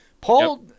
Paul –